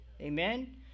Amen